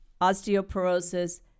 osteoporosis